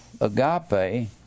agape